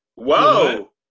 Whoa